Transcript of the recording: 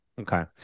Okay